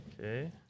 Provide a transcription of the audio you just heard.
Okay